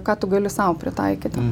ką tu gali sau pritaikyti